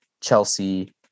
Chelsea